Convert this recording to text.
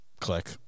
Click